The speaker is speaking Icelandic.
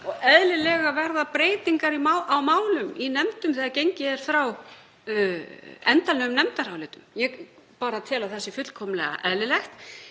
og eðlilega verða breytingar á málum í nefndum þegar gengið er frá endanlegum nefndarálitum. Ég tel að það sé fullkomlega eðlilegt.